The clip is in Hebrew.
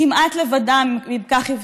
כמעט לבדם, אם כך יבחרו.